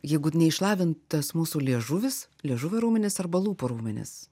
jeigu neišlavintas mūsų liežuvis liežuvio raumenys arba lūpų raumenys